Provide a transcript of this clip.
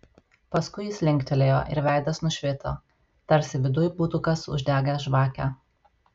paskui jis linktelėjo ir veidas nušvito tarsi viduj būtų kas uždegęs žvakę